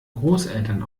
großeltern